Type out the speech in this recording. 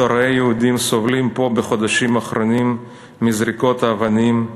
אתה רואה יהודים סובלים פה בחודשים האחרונים מזריקות האבנים,